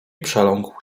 przeląkł